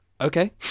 okay